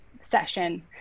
session